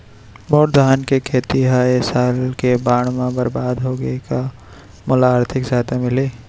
मोर धान के खेती ह ए साल के बाढ़ म बरबाद हो गे हे का मोला आर्थिक सहायता मिलही?